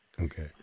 Okay